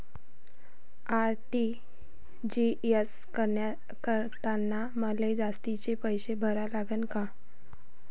RTGS करतांनी मले जास्तीचे पैसे भरा लागन का?